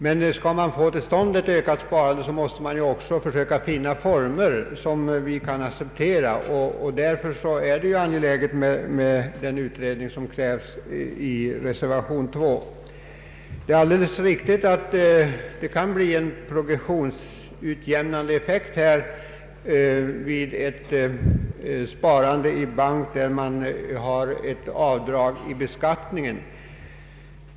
Men skall man få till stånd ett ökat sparande, måste man ju också försöka finna former som kan leda till detta mål, och därför är det angeläget med den utredning som begärs i reservationen II. Det är alldeles riktigt att det kan bli en progressionsutjämnande effekt vid ett sparande i bank med avdrag i beskattningen.